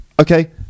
Okay